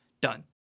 done